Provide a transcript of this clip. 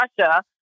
Russia